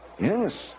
yes